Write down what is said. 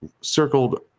circled